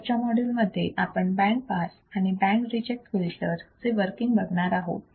पुढच्या माॅड्यूल मध्ये आपण बँड पास आणि बँड रिजेक्ट फिल्टर चे वर्किंग बघणार आहोत